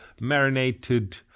marinated